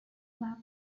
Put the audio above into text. club